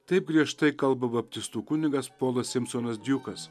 taip griežtai kalba baptistų kunigas polas simsonas djukas